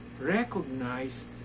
recognize